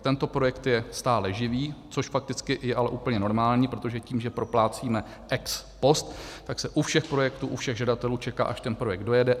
Tento projekt je stále živý, což fakticky ale je úplně normální, protože tím, že proplácíme ex post, tak se u všech projektů, u všech žadatelů čeká, až ten projekt dojede.